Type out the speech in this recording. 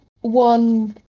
one